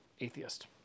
atheist